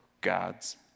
God's